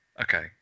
Okay